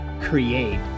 create